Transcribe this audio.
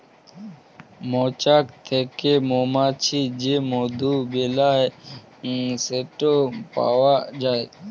মচাক থ্যাকে মমাছি যে মধু বেলায় সেট পাউয়া যায়